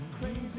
Crazy